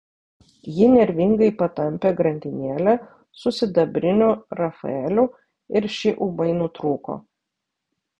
ji nervingai patampė grandinėlę su sidabriniu rafaeliu ir ši ūmai nutrūko